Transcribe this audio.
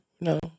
No